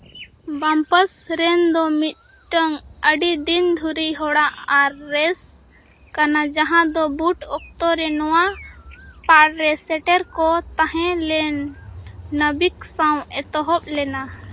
ᱵᱟᱢᱯᱟᱨᱥ ᱨᱮᱱ ᱫᱚ ᱢᱤᱫᱴᱟᱱ ᱟᱹᱰᱤ ᱫᱤᱱ ᱫᱷᱚᱨᱮ ᱦᱚᱲᱟᱜ ᱟᱨᱮᱥ ᱠᱟᱱᱟ ᱡᱟᱦᱟᱸ ᱫᱚ ᱵᱩᱴ ᱚᱠᱛᱚ ᱨᱮ ᱱᱚᱣᱟ ᱯᱟᱲᱨᱮ ᱥᱮᱴᱮᱨ ᱠᱚ ᱛᱟᱦᱮᱸ ᱞᱮᱱ ᱱᱟᱹᱵᱤᱠ ᱥᱟᱶ ᱮᱛᱚᱦᱚᱵ ᱞᱮᱱᱟ